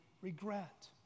regret